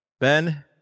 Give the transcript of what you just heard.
Ben